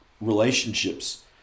relationships